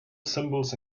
symbols